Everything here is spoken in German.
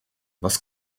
was